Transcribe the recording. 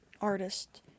artist